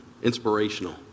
inspirational